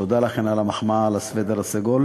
תודה לכן על המחמאה על הסוודר הסגול.